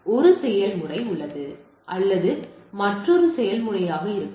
ஒரு செயல்முறை உள்ளது அல்லது அது மற்றொரு செயல்முறையாக இருக்கலாம்